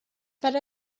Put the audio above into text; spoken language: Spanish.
para